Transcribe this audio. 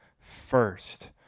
first